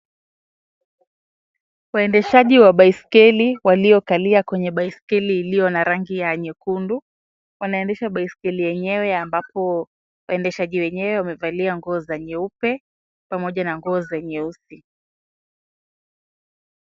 Waendeshaji wa baiskeli waliokalia kwenye baiskeli iliyo na rangi ya nyekundu. Wanaendesha baiskeli yenyewe ambapo waendeshaji wenyewe wamevalia nguo za nyeupe, pamoja na nguo za nyeusi.